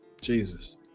Jesus